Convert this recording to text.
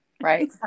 Right